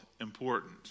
important